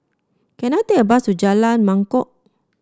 can I take a bus to Jalan Mangkok